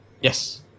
Yes